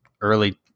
early